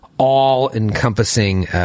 all-encompassing